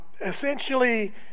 Essentially